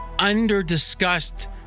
under-discussed